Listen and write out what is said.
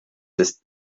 ist